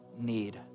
need